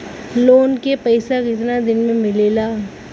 Loan के पैसा कितना दिन मे मिलेला?